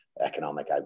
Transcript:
economic